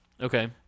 Okay